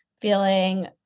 feeling